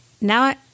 Now